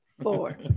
four